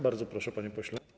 Bardzo proszę, panie pośle.